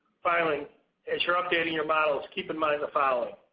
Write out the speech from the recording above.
finally as you're updating your models keep in mind the following.